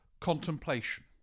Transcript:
contemplation